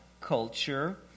culture